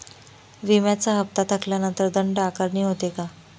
विम्याचा हफ्ता थकल्यानंतर दंड आकारणी होते का?